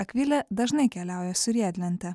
akvilė dažnai keliauja su riedlente